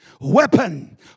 weapon